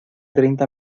treinta